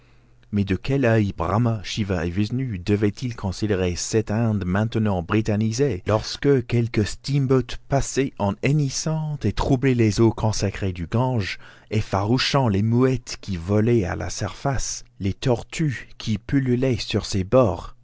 mais de quel oeil brahma shiva et whisnou devaient-ils considérer cette inde maintenant britannisée lorsque quelque steam boat passait en hennissant et troublait les eaux consacrées du gange effarouchant les mouettes qui volaient à sa surface les tortues qui pullulaient sur ses bords